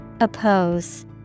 Oppose